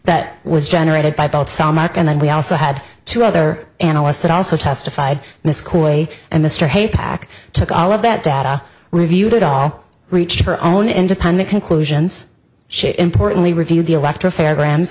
that was generated by both saw mark and then we also had two other analysts that also testified miss kuwait and mr hay pack took all of that data reviewed it all reached her own independent conclusions she importantly reviewed the electro fair gr